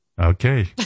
okay